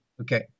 Okay